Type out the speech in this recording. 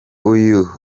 uyu